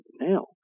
now